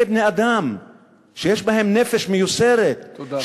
אלה בני-אדם שיש בהם נפש מיוסרת, תודה.